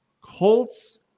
Colts